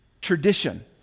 tradition